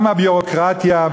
גם הביורוקרטיה,